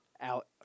out